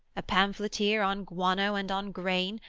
a pamphleteer on guano and on grain,